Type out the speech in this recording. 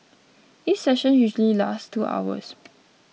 each session usually lasts two hours